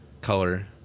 Color